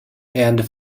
and